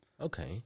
Okay